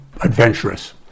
adventurous